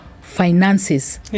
finances